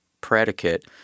predicate